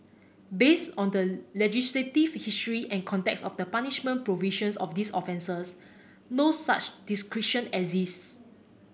based on the legislative history and context of the punishment provisions of these offences no such discretion exists